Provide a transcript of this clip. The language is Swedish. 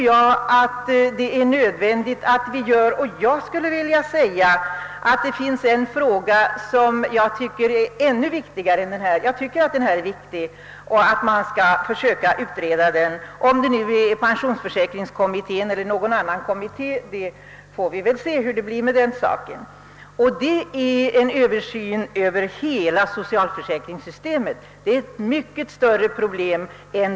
Jag tycker att detta är en viktig fråga och att man skall försöka lösa problemet; om det nu blir pensionsförsäkringskommittén eller någon annan kommitté som får i uppgift att göra det får vi väl se. Men ännu viktigare tycker jag är att man företar en översyn av hela socialförsäkringssystemet. Det är ett mycket större problem.